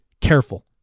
careful